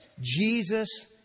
Jesus